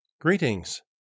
Greetings